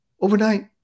Overnight